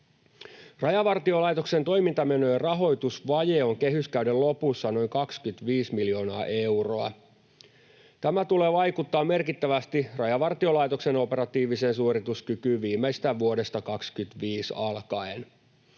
Rajavartiolaitoksen toimintamenojen rahoitusvaje on kehyskauden lopussa noin 25 miljoonaa euroa. Tämä tulee vaikuttamaan merkittävästi Rajavartiolaitoksen operatiiviseen suorituskykyyn viimeistään vuodesta 25 alkaen.